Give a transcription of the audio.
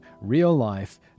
real-life